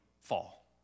fall